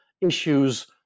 issues